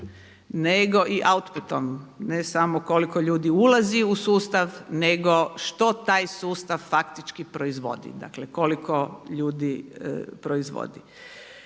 nego i outputom, ne samo koliko ljudi ulazi u sustav nego što taj sustav faktički proizvodi, dakle koliko ljudi proizvodi.